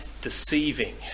deceiving